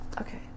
okay